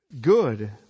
good